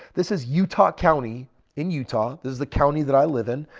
this is utah county in utah. this is the county that i live in.